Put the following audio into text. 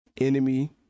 enemy